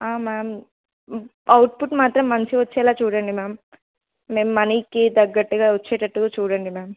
ma'am output మాత్రం మంచిగా వచ్చేలాగ చూడండి మ్యామ్ మేము మనీకి తగ్గట్టుగా వచ్చేటట్టు చూడండి మ్యామ్